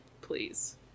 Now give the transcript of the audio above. Please